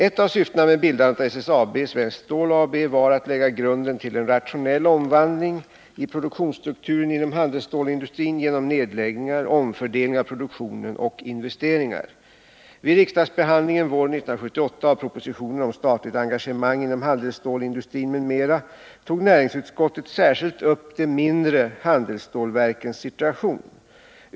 Ett av syftena med bildandet av SSAB var att lägga grunden till en rationell omvandling i produktionsstrukturen inom handelsstålsindustrin genom nedläggningar, omfördelning av produktionen och investeringar. Vid riksdagsbehandlingen våren 1978 av propositionen om statligt engagemang inom handelsstålsindustrin m.m. tog näringsutskottet särskilt upp de mindre handelsstålverkens situation.